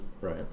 Right